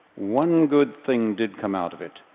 one good thing did come out of it.